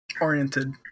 oriented